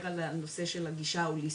העיר על הנושא של הגישה ההוליסטית,